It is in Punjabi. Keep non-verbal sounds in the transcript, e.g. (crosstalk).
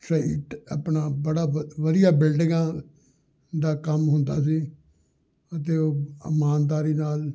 (unintelligible) ਆਪਣਾ ਬੜਾ ਵ ਵਧੀਆ ਬਿਲਡਿੰਗਾਂ ਦਾ ਕੰਮ ਹੁੰਦਾ ਸੀ ਅਤੇ ਉਹ ਇਮਾਨਦਾਰੀ ਨਾਲ